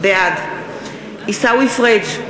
בעד עיסאווי פריג'